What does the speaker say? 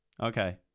Okay